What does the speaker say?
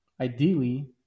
ideally